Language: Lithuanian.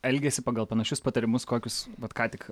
elgiasi pagal panašius patarimus kokius vat ką tik